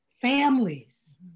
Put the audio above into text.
families